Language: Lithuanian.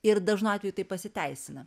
ir dažnu atveju tai pasiteisina